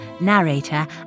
narrator